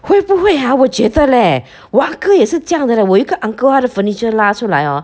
会不会 ha 我觉得 leh 我 uncle 也是这样的 leh 我有一个 uncle 他的 furniture 拉出来 orh